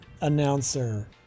announcer